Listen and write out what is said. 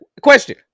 question